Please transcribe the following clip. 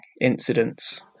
incidents